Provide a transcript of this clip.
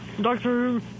doctor